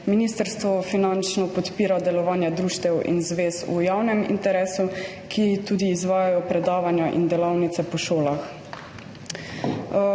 Ministrstvo finančno podpira delovanje društev in zvez v javnem interesu, ki tudi izvajajo predavanja in delavnice po šolah.